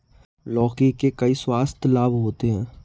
लौकी के कई स्वास्थ्य लाभ होते हैं